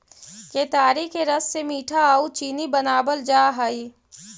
केतारी के रस से मीठा आउ चीनी बनाबल जा हई